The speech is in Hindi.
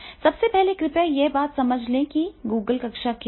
सबसे पहले कृपया यह समझ लें कि Google कक्षा क्या है